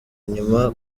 nyuma